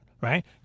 right